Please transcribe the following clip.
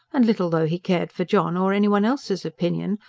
and little though he cared for john or any one else's opinion,